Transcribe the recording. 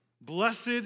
blessed